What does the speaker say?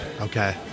Okay